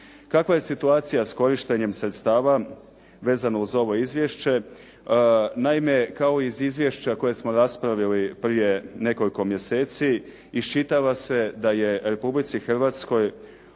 Kakva je situacija sa korištenjem sredstava vezano uz ovo izvješće? Naime, kao i iz izvješća koje smo raspravili prije nekoliko mjeseci, iščitava se da je Republici Hrvatskoj